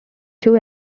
two